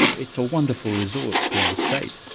it's a wonderful resource to our state.